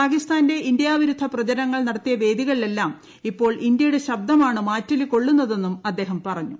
പാക്കിസ്ഥാന്റെ ഇന്ത്യാ വിരുദ്ധ പ്രചരണങ്ങൾ നടത്തിയ വേദികളിലെല്ലാം ഇപ്പോൾ ഇന്ത്യ യുടെ ശബ്ദമാണ് മാറ്റൊലി കൊള്ളുന്നതെന്നും അദ്ദേഹം പറഞ്ഞു